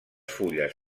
fulles